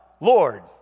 Lord